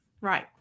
Right